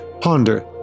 ponder